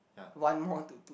one more to two